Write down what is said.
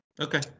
Okay